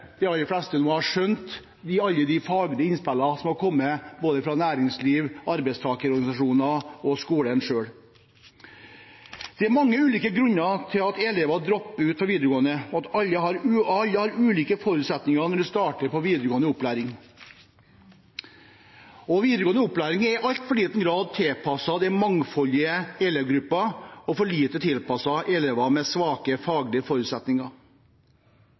de aller fleste nå har skjønt alle de faglige innspillene som har kommet, både fra næringsliv, fra arbeidstakerorganisasjoner og fra skolen selv. Det er mange ulike grunner til at elever dropper ut av videregående. Alle har ulike forutsetninger når de starter på videregående opplæring. Videregående opplæring er i altfor liten grad tilpasset den mangfoldige elevgruppen og for lite tilpasset elever med svake faglige forutsetninger.